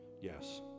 yes